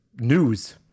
news